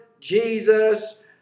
Jesus